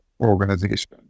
organization